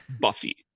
buffy